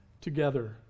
together